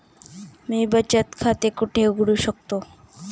मी बचत खाते कुठे उघडू शकतो?